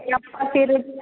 ਆਪਾਂ ਫਿਰ